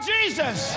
Jesus